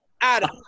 Adam